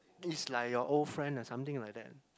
is like your old friend like something like that